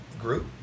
group